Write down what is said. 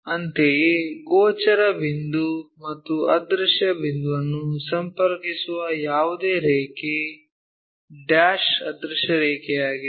ಅಂತೆಯೇ ಗೋಚರ ಬಿಂದು ಮತ್ತು ಅದೃಶ್ಯ ಬಿಂದುವನ್ನು ಸಂಪರ್ಕಿಸುವ ಯಾವುದೇ ರೇಖೆ ಡ್ಯಾಶ್ ಅದೃಶ್ಯ ರೇಖೆಯಾಗಿದೆ